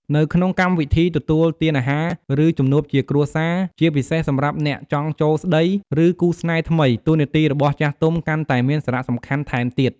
នៅក្នុងកម្មវិធីទទួលទានអាហារ ឬ ជំនួបជាគ្រួសារ ជាពិសេសសម្រាប់អ្នកចង់ចូលស្តី ឬ គូស្នេហ៍ថ្មី តួនាទីរបស់ចាស់ទុំកាន់តែមានសារៈសំខាន់ថែមទៀត។